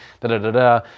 da-da-da-da